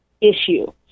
issue